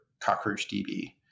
CockroachDB